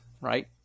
right